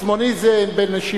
עצמוני זה בנשימה.